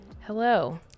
Hello